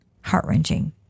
heart-wrenching